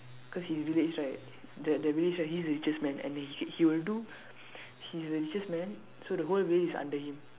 cause his village right the the village right he's the richest man and he he he will do he's the richest man so the whole village is under him